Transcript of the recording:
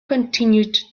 continued